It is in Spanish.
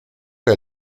que